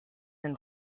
and